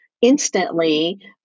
instantly